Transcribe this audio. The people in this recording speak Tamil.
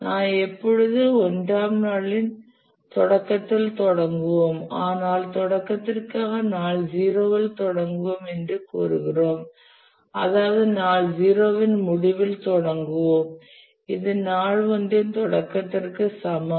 நாம் எப்பொழுதும் 1 ஆம் நாளின் தொடக்கத்தில்தான் தொடங்குவோம் ஆனால் அந்த நோக்கத்திற்காக நாம் நாள் 0 இல் தொடங்குவோம் என்று கூறுகிறோம் அதாவது நாள் 0 இன் முடிவில் தொடங்குவோம் இது நாள் 1 இன் தொடக்கத்திற்கும் சமம்